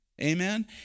Amen